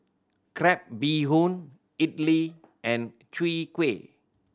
crab bee hoon idly and Chwee Kueh